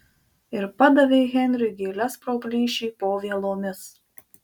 ir padavė henriui gėles pro plyšį po vielomis